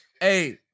Hey